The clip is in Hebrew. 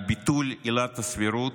על ביטול עילת הסבירות,